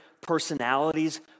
personalities